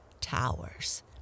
towers